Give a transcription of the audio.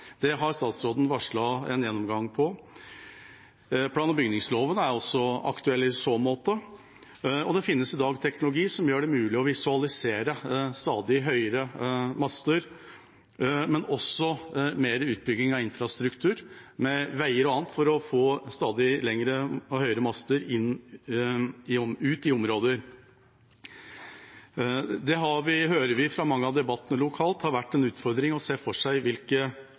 Det har statsråden varslet en gjennomgang av. Plan- og bygningsloven er også aktuell i så måte. Det finnes i dag teknologi som gjør det mulig å visualisere stadig høyere master, men også mer utbygging av infrastruktur, med veier og annet, for å få stadig lengre og høyere master ut i områder. Vi har hørt fra mange av debattene lokalt at det har vært en utfordring å se for seg